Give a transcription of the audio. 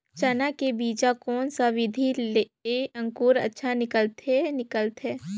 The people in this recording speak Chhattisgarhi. चाना के बीजा कोन सा विधि ले अंकुर अच्छा निकलथे निकलथे